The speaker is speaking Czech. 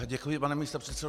Děkuji, pane místopředsedo.